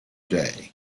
day